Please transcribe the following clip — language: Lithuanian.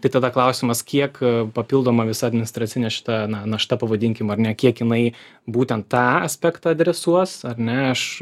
tai tada klausimas kiek papildoma visa administracinė šita na našta pavadinkim ar ne kiek jinai būtent tą aspektą adresuos ar ne aš